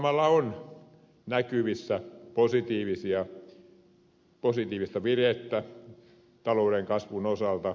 maailmalla on näkyvissä positiivista virettä talouden kasvun osalta